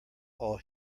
all